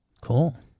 Cool